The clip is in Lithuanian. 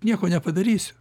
nieko nepadarysiu